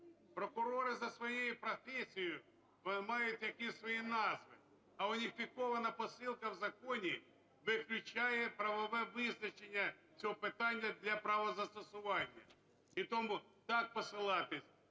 за своєю професією, вони мають якісь свої назви. А уніфікована посилка в законі виключає правове визначення цього питання для правозастосування. І тому так посилатися